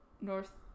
North